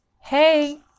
Hey